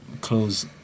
Close